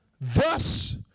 Thus